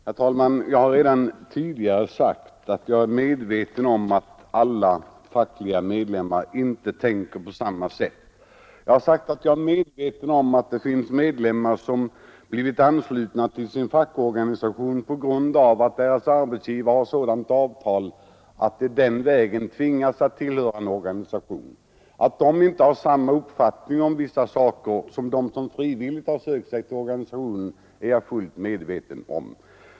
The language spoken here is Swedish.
Herr talman! Jag har redan tidigare sagt att jag är medveten om att alla fackliga medlemmar inte tänker på samma sätt. Jag har sagt att jag är medveten om att det finns medlemmar som blivit anslutna till sin fackliga organisation på grund av att deras arbetsgivare har sådant avtal att de den vägen tvingas tillhöra en organisation. Att dessa arbetare inte har samma uppfattning om vissa saker som de som frivilligt har sökt sig till organisationen är jag fullt medveten om.